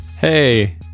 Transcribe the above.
Hey